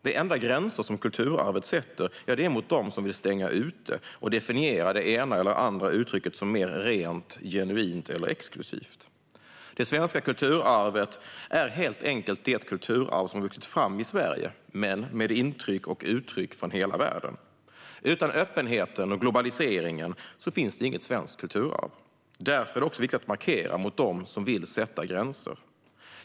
De enda gränser som kulturarvet sätter är mot dem som vill stänga ute och definiera det ena eller andra uttrycket som mer rent, genuint eller exklusivt. Det svenska kulturarvet är helt enkelt det kulturarv som har vuxit fram i Sverige, men med intryck och uttryck från hela världen. Utan öppenheten och globaliseringen finns inget svenskt kulturarv. Därför är det också viktigt att markera mot dem som vill sätta gränser.